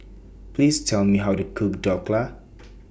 Please Tell Me How to Cook Dhokla